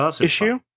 issue